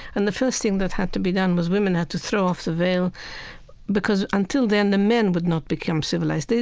and the first thing that had to be done was women had to throw off the veil because, until then, the men would not become civilized.